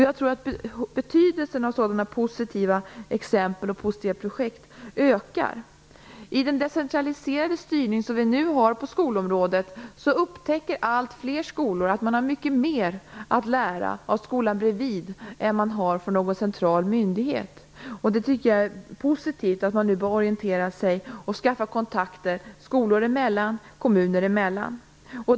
Jag tror att betydelsen av sådana positiva exempel och projekt kommer att öka. I den decentraliserade styrning som vi nu har på skolområdet upptäcker allt fler skolor att det finns mycket mer att lära av skolan bredvid än av någon central myndighet. Det är positivt att man nu börjar orientera sig och skaffar kontakter skolor emellan och kommuner emellan.